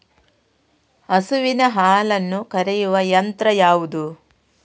ಹಸುವಿನ ಹಾಲನ್ನು ಕರೆಯುವ ಯಂತ್ರ ಯಾವುದು?